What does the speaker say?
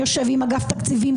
יושב עם אגף התקציבים,